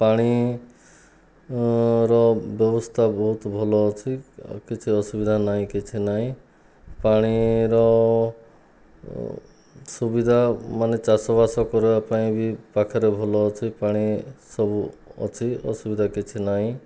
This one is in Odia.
ପାଣି ର ବ୍ୟବସ୍ଥା ବହୁତ ଭଲ ଅଛି ଆଉ କିଛି ଅସୁବିଧା ନାହିଁ କିଛି ନାହିଁ ପାଣିର ସୁବିଧା ମାନେ ଚାଷବାସ କରିବାପାଇଁ ବି ପାଖରେ ଭଲ ଅଛି ପାଣି ସବୁ ଅଛି ଅସୁବିଧା କିଛି ନାହିଁ